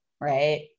right